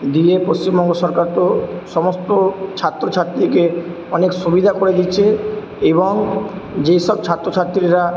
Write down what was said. দিয়ে পশ্চিমবঙ্গ সরকার তো সমস্ত ছাত্র ছাত্রীকে অনেক সুবিধা করে দিচ্ছে এবং যেসব ছাত্র ছাত্রীরা